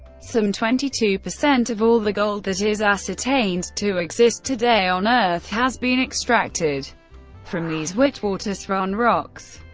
some twenty two percent of all the gold that is ascertained to exist today on earth has been extracted from these witwatersrand rocks.